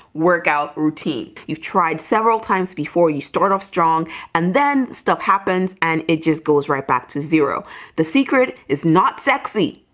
workout routine you've tried several times before you start off strong and then stuff happens and it just goes right back to zero the secret is not sexy,